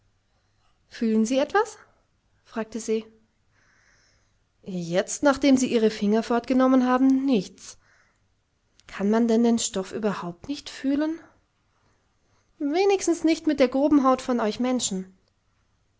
fühlen sie etwas fragte se jetzt nachdem sie ihre finger fortgenommen haben nichts kann man denn den stoff überhaupt nicht fühlen wenigstens nicht mit der groben haut von euch menschen